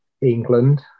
England